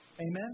Amen